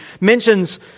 mentions